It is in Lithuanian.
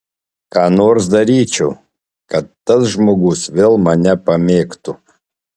ką nors daryčiau kad tas žmogus vėl mane pamėgtų